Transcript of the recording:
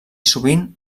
sovint